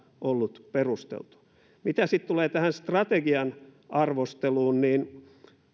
ollut perusteltua mitä tulee tähän strategian arvosteluun niin